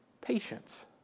patience